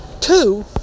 two